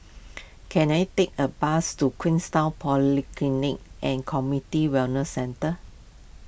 can I take a bus to Queenstown Polyclinic and Community Wellness Centre